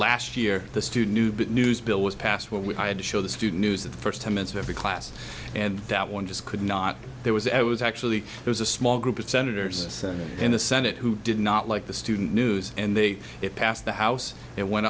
last year the student news bill was passed where we had to show the student news of the first ten minutes of every class and that one just could not there was a it was actually there's a small group of senators in the senate who did not like the student news and they it passed the house it went